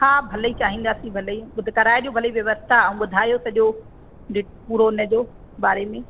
हा भली चाहींदासीं भली ॿुक कराए ॾियो भली व्यवस्था ऐं ॿुधायो सॼो पूरो हुनजो बारे में